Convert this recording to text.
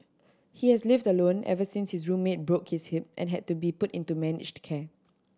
he has lived alone ever since his roommate broke his hip and had to be put into managed care